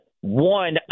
One